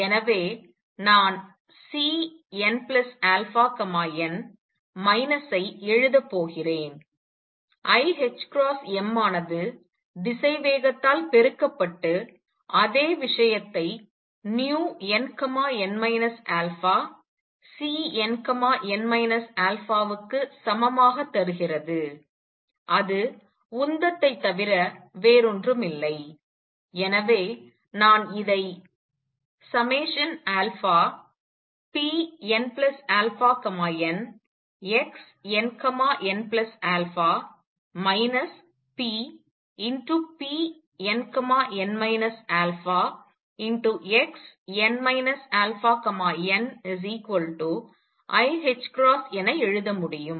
எனவே நான் Cnαn minus ஐ எழுத போகிறேன் im ஆனது திசை வேகத்தால் பெருக்கப்பட்டு அதே விஷயத்தை vnn Cnn α இக்கு சமமாக தருகிறது அது உந்தத்தை தவிர வேறொன்றும் இல்லை எனவே நான் இதை pnαn xnnα ppnn α xn αniℏ என எழுத முடியும்